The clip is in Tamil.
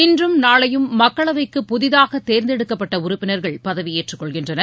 இன்றும் நாளையும் மக்களவைக்கு புதிதாக தேர்ந்தெடுக்கப்பட்ட உறுப்பினர்கள் பதவியேற்றுக் கொள்கின்றனர்